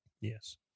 yes